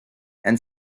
and